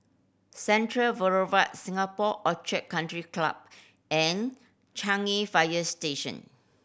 Central Boulevard Singapore Orchid Country Club and Changi Fire Station